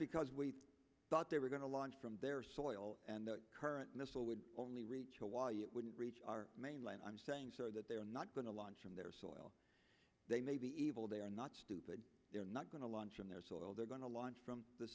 because we thought they were going to launch from their soil and the current missile would only reach a while you wouldn't reach our main line i'm saying that they are not going to launch from their soil they may be able they are not stupid they're not going to launch on their soil they're going to launch from the